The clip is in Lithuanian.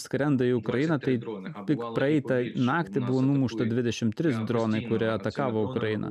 skrenda į ukrainą tai tik praeitą naktį buvo numušta dvidešim trys dronai kurie atakavo ukrainą